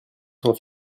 sans